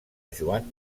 joan